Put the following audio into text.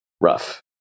rough